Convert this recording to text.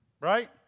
Right